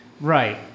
Right